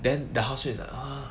then the house mate is like uh